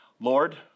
Lord